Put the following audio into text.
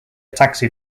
taxi